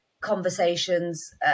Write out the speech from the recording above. conversations